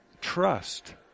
trust